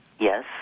Yes